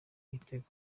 ibitego